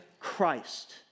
Christ